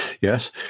Yes